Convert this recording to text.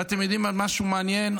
ואתם יודעים משהו מעניין?